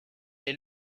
est